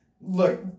look